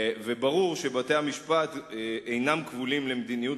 וברור שבתי-המשפט אינם כבולים למדיניות